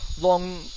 long